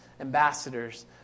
ambassadors